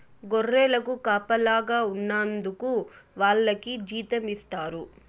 గొర్రెలకు కాపలాగా ఉన్నందుకు వాళ్లకి జీతం ఇస్తారు